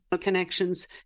connections